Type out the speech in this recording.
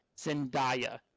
Zendaya